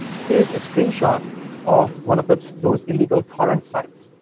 this is a screenshot of one of those those illegal torrent sites,